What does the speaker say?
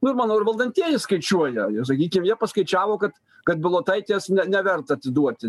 nu ir manau ir valdantieji skaičiuoja jie sakykim jie paskaičiavo kad kad bilotaitės neverta atiduoti